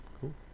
Cool